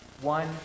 one